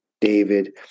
David